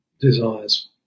desires